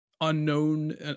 unknown